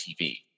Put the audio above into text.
TV